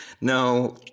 No